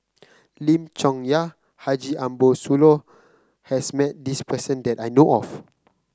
Lim Chong Yah Haji Ambo Sooloh has met this person that I know of